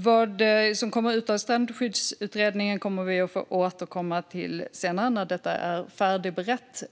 Herr talman! Vad som kommer ut av Strandskyddsutredningen får vi återkomma till senare när detta är färdigberett.